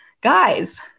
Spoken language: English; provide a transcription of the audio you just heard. Guys